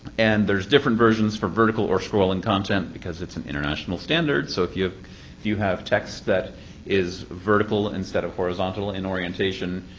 and there's different versions for vertical or scrolling content, because it's an international standard. so if you you have text that is vertical instead of horizontal in orientation,